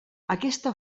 aquesta